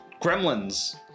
Gremlins